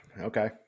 Okay